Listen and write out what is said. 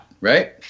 right